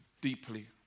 deeply